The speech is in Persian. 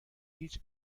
هیچ